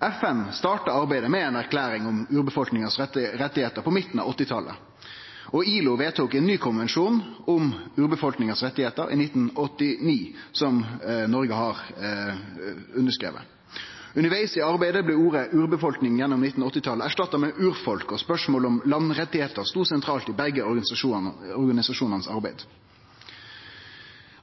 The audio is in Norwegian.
FN starta arbeidet med ei erklæring om rettane til urbefolkninga på midten av 1980-talet. ILO vedtok ein ny konvensjon om rettane til urbefolkninga i 1989, som Noreg har underskrive. Undervegs i arbeidet blei ordet «urbefolkning» gjennom 1980-talet erstatta med «urfolk». Spørsmålet om landrettar stod sentralt i arbeidet til begge organisasjonane.